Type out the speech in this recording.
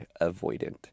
avoidant